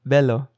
Bello